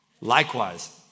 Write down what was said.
Likewise